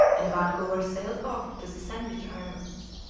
and vancouver sailed off to the sandwich islands.